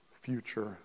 future